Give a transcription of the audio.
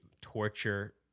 torture